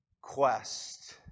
quest